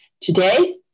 today